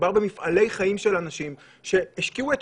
מדובר במפעלי חיים של אנשים שהשקיעו את